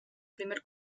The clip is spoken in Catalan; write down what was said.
primer